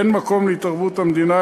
אין מקום להתערבות המדינה,